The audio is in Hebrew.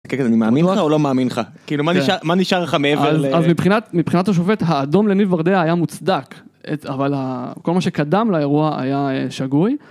אני מאמין לך או לא מאמין לך. כאילו, מה נשאר לך...? מבחינת... מבחינת השופט, האדום לניר ברדע היה מוצדק אבל כל מה שקדם לאירוע היה שגוי